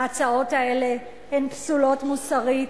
ההצעות האלה הן פסולות מוסרית,